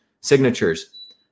signatures